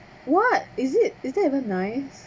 what is it is that even nice